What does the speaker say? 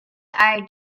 are